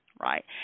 right